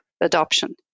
adoption